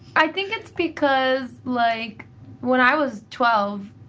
i think it's because like when i was twelve,